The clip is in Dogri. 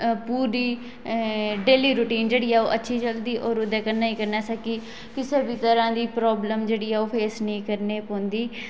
पूरी डेली रुटीन जेहड़ी ऐ ओह् अच्छी चलदी और ओहदे कन्नै कन्नै असें किसे बी तरह दी प्रावल्म जेहड़ी ऐ ओह् फेस नेईं करनी पौंदी